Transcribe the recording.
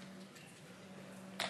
אדוני היושב-ראש, חברי חברי הכנסת, חבר הכנסת